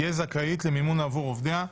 תהיה זכאית למימון עבור עובדיה,